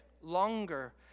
longer